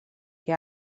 què